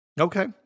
Okay